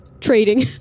trading